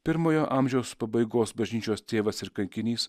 pirmojo amžiaus pabaigos bažnyčios tėvas ir kankinys